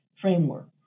framework